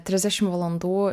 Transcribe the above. trisdešimt valandų